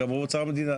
אמרו אוצר המדינה.